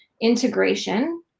integration